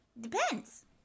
Depends